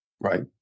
Right